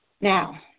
Now